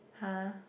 [huh]